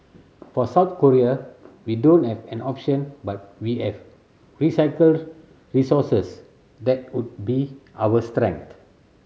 for South Korea we don't have an option but we have recycled resources that would be our strength